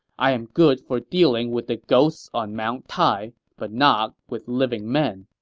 i'm good for dealing with the ghosts on mount tai, but not with living men.